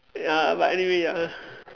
ya but anyway ya